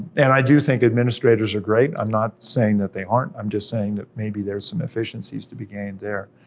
and i do think administrators are great, i'm not saying that they aren't, i'm just saying that maybe there's some efficiencies to be gained there,